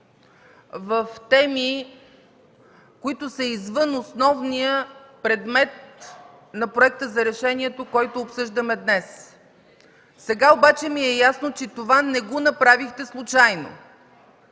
в теми, които са извън основния предмет на проекта за решението, който обсъждаме днес. Сега обаче ми е ясно, че това не го направихте случайно.